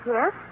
Yes